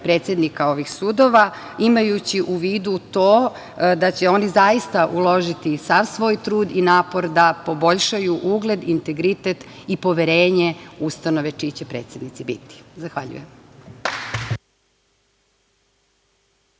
predsednika ovih sudova, imajući u vidu to da će oni zaista uložiti sav svoj trud i napor da poboljšaju ugled, integritet i poverenje ustanove čiji će predsednici biti. Zahvaljujem.